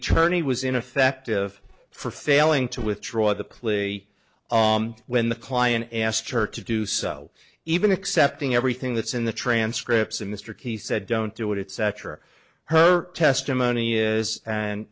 attorney was ineffective for failing to withdraw the plea when the client asked her to do so even accepting everything that's in the transcripts of mr key said don't do it it's after her testimony is and